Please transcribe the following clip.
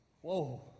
Whoa